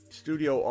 studio